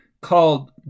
called